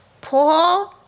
Paul